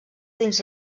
dins